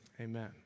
amen